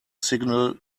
signal